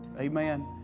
amen